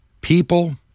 People